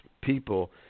people